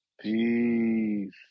Peace